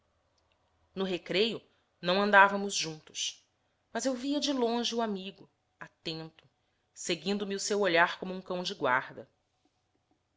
no recreio não andávamos juntos mas eu via de longe o amigo atento seguindo me o seu olhar como um cão de guarda